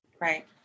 Right